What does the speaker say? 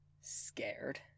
scared